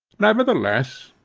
nevertheless,